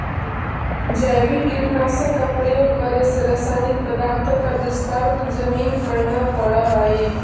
जैविक कीटनाशक का प्रयोग करे से रासायनिक पदार्थों का दुष्प्रभाव जमीन पर न पड़अ हई